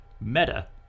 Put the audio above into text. Meta